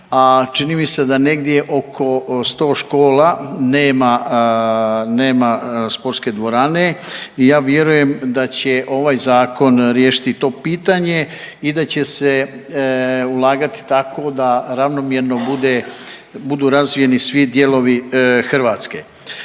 a čini mi se da negdje oko 100 škola nema sportske dvorane i ja vjerujem da će ovaj zakon riješiti to pitanje i da će se ulagati tako da ravnomjerno budu razvijeni svi dijelovi Hrvatske.